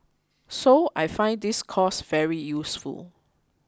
so I find this course very useful